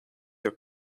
your